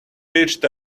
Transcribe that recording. reached